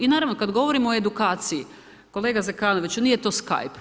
I naravno, kad govorimo o edukaciji, kolega Zekanoviću, nije to skype.